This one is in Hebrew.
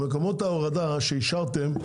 מקומות ההורדה שאישרתם.